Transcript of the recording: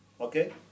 okay